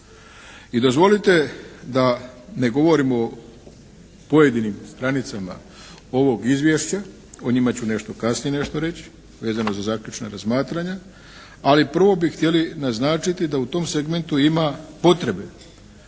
I dozvolite da ne govorimo o pojedinim stranicama ovog izvješća, o njima ću nešto kasnije reći vezano za zaključna razmatranja ali prvo bi htjeli naznačiti da u tom segmentu ima potrebe